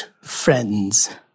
friends